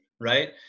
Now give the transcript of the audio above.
Right